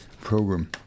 program